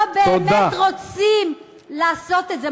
לא באמת רוצים לעשות את זה.